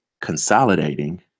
consolidating